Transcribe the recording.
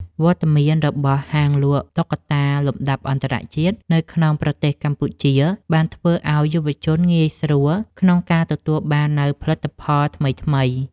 វត្តមានរបស់ហាងលក់តុក្កតាលំដាប់អន្តរជាតិនៅក្នុងប្រទេសកម្ពុជា បានធ្វើឱ្យយុវជនងាយស្រួលក្នុងការទទួលបាននូវផលិតផលថ្មីៗ។